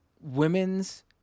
women's